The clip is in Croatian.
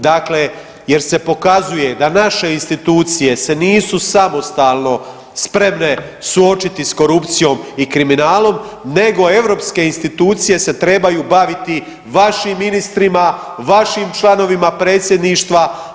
Dakle, jer se pokazuje da naše institucije se nisu samostalno spremne suočiti s korupcijom i kriminalom, nego europske institucije se trebaju baviti vašim ministrima, vašim članovima Predsjedništva.